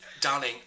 darling